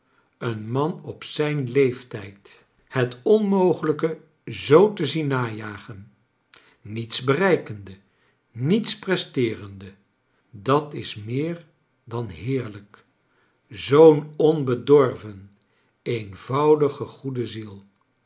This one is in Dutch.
een man op zijn leeftijd net onmogelrjke zoo te zien najagen niets bereikende niets presteerende dat is meer dan heerlijk zoo'n onbedorven eenvoudige goede ziel